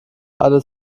alle